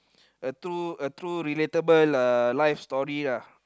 a true a true relatable uh life story uh